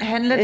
Handler